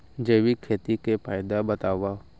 जैविक खेती के फायदा बतावा?